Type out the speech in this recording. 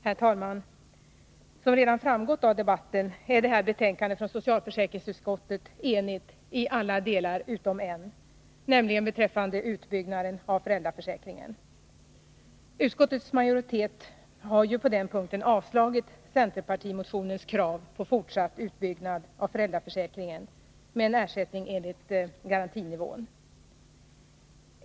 Herr talman! Som redan framgått av debatten är det här betänkandet från socialförsäkringsutskottet enigt i alla delar utom en — utbyggnaden av föräldraförsäkringen. Utskottets majoritet har på den punkten avstyrkt centerpartimotionens krav på fortsatt utbyggnad av föräldraförsäkringen med en ersättning enligt garantinivån.